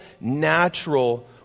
natural